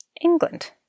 England